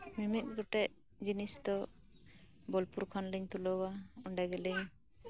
ᱢᱤᱢᱤᱫ ᱜᱚᱴᱮᱡ ᱡᱤᱱᱤᱥ ᱫᱚ ᱵᱳᱞᱯᱩᱨ ᱠᱷᱚᱱ ᱞᱤᱝ ᱛᱩᱞᱟᱹᱣᱟᱚᱸᱰᱮ ᱜᱮᱞᱤᱝ